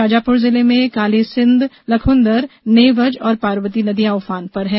शाजापर जिले में कालीसिंघ लखुन्दर नेवज और पार्वती नदियां उफान पर हैं